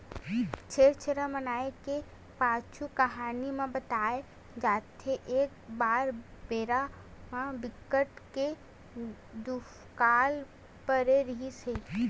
छेरछेरा मनाए के पाछू कहानी म बताए जाथे के एक बेरा म बिकट के दुकाल परे रिहिस हे